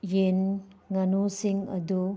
ꯌꯦꯟ ꯉꯥꯅꯨꯁꯤꯡ ꯑꯗꯨ